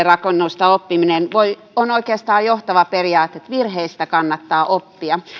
rakennuksista oppimisesta on oikeastaan johtava periaate että virheistä kannattaa oppia